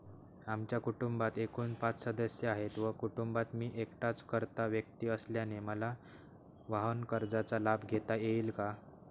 आमच्या कुटुंबात एकूण पाच सदस्य आहेत व कुटुंबात मी एकटाच कर्ता व्यक्ती असल्याने मला वाहनकर्जाचा लाभ घेता येईल का?